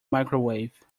microwave